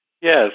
Yes